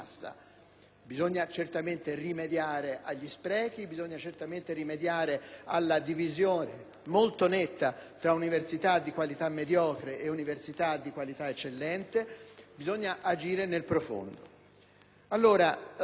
Bisogna certamente rimediare agli sprechi, alla divisione, molto netta, tra università di qualità mediocre e università di qualità eccellente; bisogna agire nel profondo.